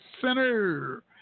Center